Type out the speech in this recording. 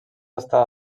estar